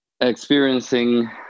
experiencing